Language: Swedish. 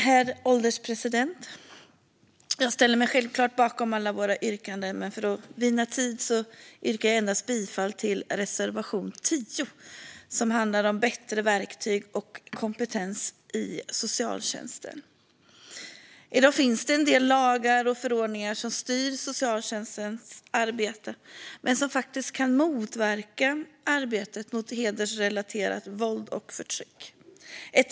Herr ålderspresident! Jag står självklart bakom alla våra yrkanden, men för att vinna tid yrkar jag bifall endast till reservation 10 som handlar om bättre verktyg och kompetens i socialtjänsten. I dag finns det en del lagar och förordningar som styr socialtjänstens arbete men som faktiskt kan motverka arbetet mot hedersrelaterat våld och förtryck.